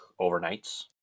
overnights